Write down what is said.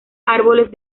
árboles